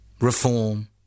reform